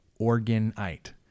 organite